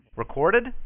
Recorded